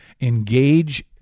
engage